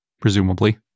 presumably